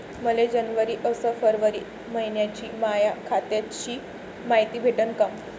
मले जनवरी अस फरवरी मइन्याची माया खात्याची मायती भेटन का?